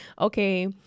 Okay